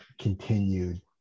continued